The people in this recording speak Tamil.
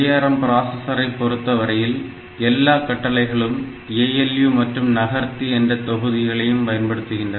ARM பிராஸஸரை பொறுத்தவரையில் எல்லாக் கட்டளைகளும் ALU மற்றும் நகர்த்தி என்ற தொகுதிகளையும் பயன்படுத்துகின்றன